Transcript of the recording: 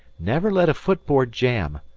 never let a foot-board jam.